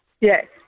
yes